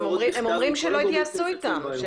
הם אומרים שלא התייעצו איתם.